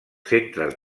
centres